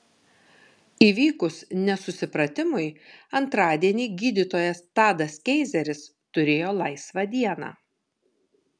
įvykus nesusipratimui antradienį gydytojas tadas keizeris turėjo laisvą dieną